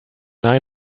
nine